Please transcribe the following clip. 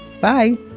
Bye